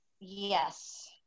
Yes